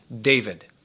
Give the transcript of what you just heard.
David